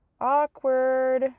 Awkward